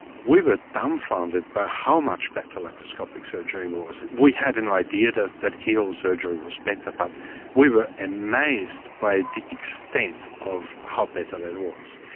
we were dumbfounded by how much better laparoscopic surgery was. we had an idea that that keyhole surgery was better but we were amazed by the extent of how better it was.